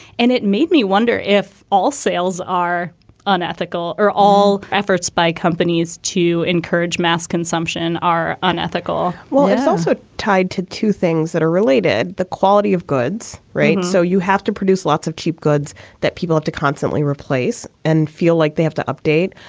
and it made me wonder if all sales are unethical. are all efforts by companies to encourage mass consumption are unethical? well, it's also tied to two things that are related. the quality of goods. right. so you have to produce lots of cheap goods that people have to constantly replace and feel like they have to update.